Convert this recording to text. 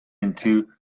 into